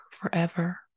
forever